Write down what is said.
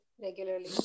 regularly